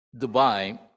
Dubai